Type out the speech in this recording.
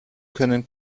können